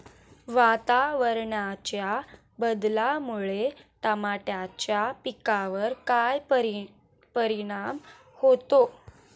वातावरणाच्या बदलामुळे टमाट्याच्या पिकावर काय परिणाम होतो?